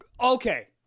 Okay